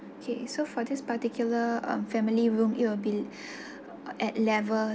okay so for this particular um family room it will be at level